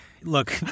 Look